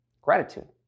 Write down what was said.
Gratitude